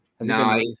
No